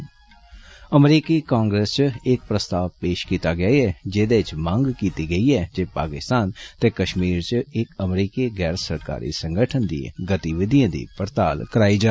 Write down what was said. ऽ अमरीकी कांग्रेस च इक प्रस्ताव पेष कीता गेआ जेदे च मंग कीती गेई दी ऐ जे पाकिस्तान ते कष्मीर च इक अमरीकी गैर सरकारी संगठन दिएं गतिविधिएं दी पड़ताल कराई जा